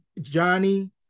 johnny